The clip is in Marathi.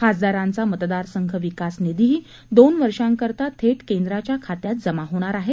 खासदारांचा मतदारसंघ विकास निधीही दोन वर्षांकरता थेट केंद्राच्या खात्यात जमा होणार आहे